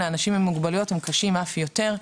לאנשים עם מוגבלויות הם קשים אף יותר.